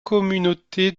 communauté